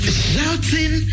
shouting